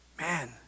Man